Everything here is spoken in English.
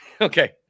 Okay